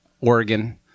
oregon